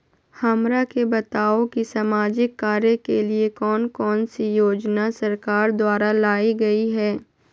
हमरा के बताओ कि सामाजिक कार्य के लिए कौन कौन सी योजना सरकार द्वारा लाई गई है?